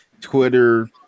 twitter